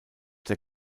der